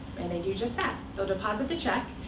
and they do just that they'll deposit the check.